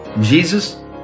Jesus